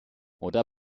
oder